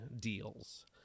deals